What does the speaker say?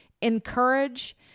encourage